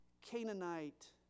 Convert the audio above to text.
Canaanite